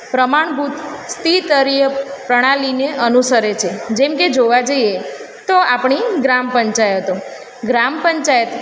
પ્રમાણભૂત ત્રી સ્તરીય પ્રણાલીને અનુસરે છે જેમ કે જોવા જઈએ તો આપણી ગ્રામ પંચાયતો ગ્રામ પંચાયત